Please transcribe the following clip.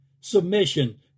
submission